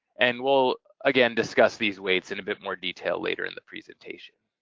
and we'll, again, discuss these weights in a bit more detail later in the presentation.